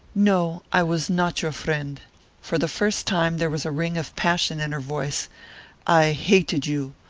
no, i was not your friend for the first time there was a ring of passion in her voice i hated you,